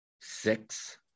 six